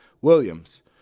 Williams